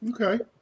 Okay